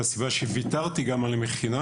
והסיבה שוויתרתי על המכינה